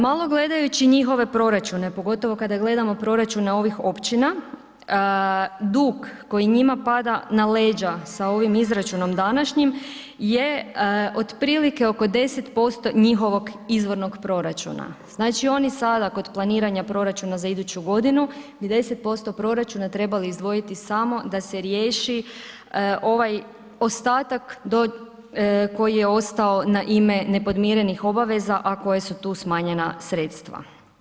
Malo gledajući njihove proračune pogotovo kada gledamo proračune ovih općina, dug koji njima pada na leđa sa ovim izračunom današnjim je otprilike oko 10% njihovog izvornog proračuna, znači oni sada kod planiranja proračuna za iduću godinu bi 10% proračuna trebali izdvojiti samo da se riješi ovaj ostatak do, koji je ostao na ime nepodmirenih obaveza a koje su tu smanjena sredstva.